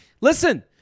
listen